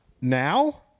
Now